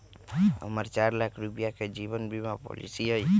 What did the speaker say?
हम्मर चार लाख रुपीया के जीवन बीमा पॉलिसी हई